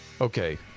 Okay